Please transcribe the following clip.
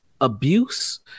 abuse